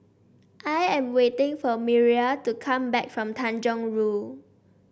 I am waiting for Miriah to come back from Tanjong Rhu